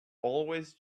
always